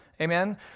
Amen